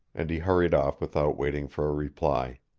and he hurried off without waiting for a reply.